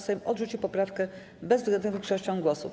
Sejm odrzucił poprawkę bezwzględną większością głosów.